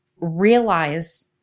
realize